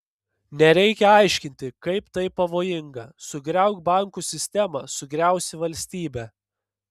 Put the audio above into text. nereikia aiškinti kaip tai pavojinga sugriauk bankų sistemą sugriausi valstybę